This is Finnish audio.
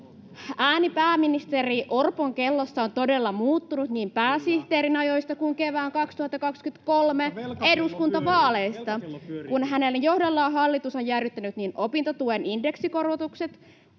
Ääni pääministeri Orpon kellossa on todella muuttunut niin pääsihteerin ajoista kuin kevään 2023 eduskuntavaaleista, [Antti Kurvinen: Velkakello pyörii!] kun hänen johdollaan hallitus on jäädyttänyt opintotuen indeksikorotukset,